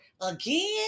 Again